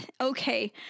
okay